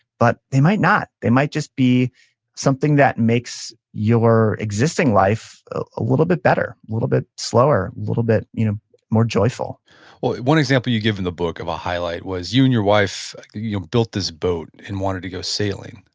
but they might not. they might just be something that makes your existing life a a little bit better, a little bit slower, a little bit you know more joyful one example you give in the book of a highlight was you and your wife built this boat and wanted to go sailing.